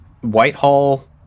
Whitehall